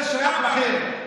זה שייך לכם.